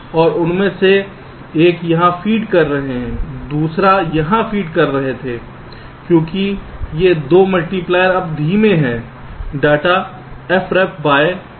तो उनमें से एक यहाँ फीड कर रहे थे दूसरे यहाँ फीड कर कर रहे थे क्योंकि ये 2 मल्टीप्लायर अब धीमे हैं डाटा f रेफ बाय 2 पर आ रहा है